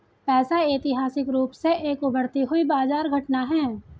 पैसा ऐतिहासिक रूप से एक उभरती हुई बाजार घटना है